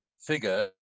figure